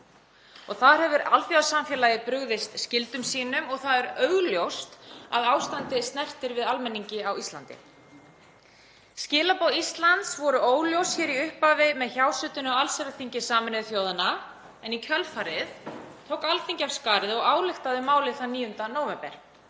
Þar hefur alþjóðasamfélagið brugðist skyldum sínum og það er augljóst að ástandið snertir við almenningi á Íslandi. Skilaboð Íslands voru óljós hér í upphafi með hjásetunni á allsherjarþingi Sameinuðu þjóðanna en í kjölfarið tók Alþingi af skarið og ályktaði um málið þann 9. nóvember.